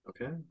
okay